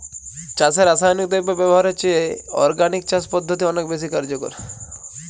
চাষে রাসায়নিক দ্রব্য ব্যবহারের চেয়ে অর্গানিক চাষ পদ্ধতি অনেক বেশি কার্যকর